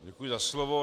Děkuji za slovo.